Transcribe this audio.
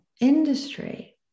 industry